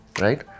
right